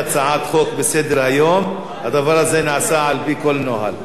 הצעת חוק בסדר-היום, הדבר הזה נעשה על-פי כל נוהל.